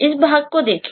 इस भाग को देखें